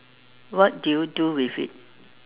what do you do with it